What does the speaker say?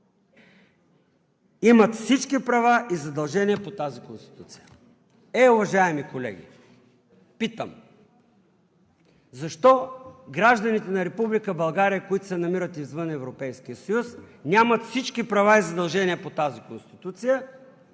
имат всички права и задължения по тази Конституция.“ Е, уважаеми колеги, питам: защо гражданите на Република България, които се намират извън Европейския съюз, нямат всички права и задължения по тази Конституция,